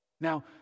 Now